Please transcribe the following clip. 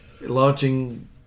launching